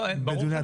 לא, ברור.